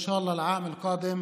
אינשאללה, בשנה הבאה